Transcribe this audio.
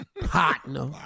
partner